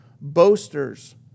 boasters